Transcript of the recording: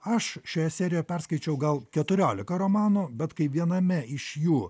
aš šioje serijoje perskaičiau gal keturiolika romanų bet kai viename iš jų